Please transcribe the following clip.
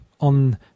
on